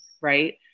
right